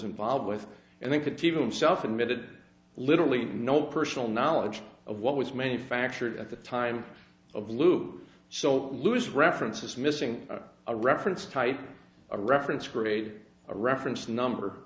involved with and they could give him self admitted literally no personal knowledge of what was manufactured at the time of loop so lose references missing a reference type a reference create a reference number